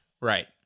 right